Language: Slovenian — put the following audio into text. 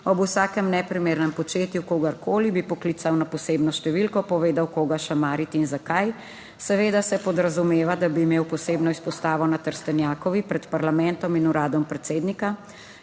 ob vsakem neprimernem početju kogarkoli, bi poklical na posebno številko, povedal, koga šamariti in zakaj. Seveda se podrazumeva, da bi imel posebno izpostavo na Trstenjakovi, pred parlamentom in uradom predsednika,